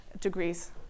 degrees